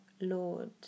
Lord